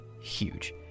huge